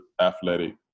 athletic